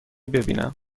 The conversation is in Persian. ببینم